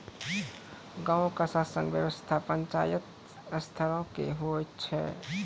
गांवो के शासन व्यवस्था पंचायत स्तरो के होय छै